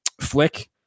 Flick